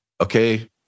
okay